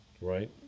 right